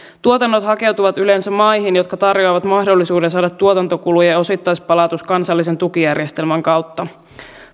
tuotannot hakeutuvat yleensä maihin jotka tarjoavat mahdollisuuden saada tuotantokulujen osittaispalautuksen kansallisen tukijärjestelmän kautta